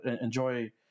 enjoy